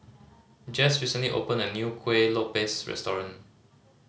Jess recently opened a new Kueh Lopes restaurant